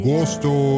Gosto